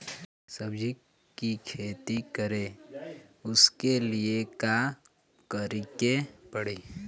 सब्जी की खेती करें उसके लिए का करिके पड़ी?